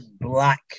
black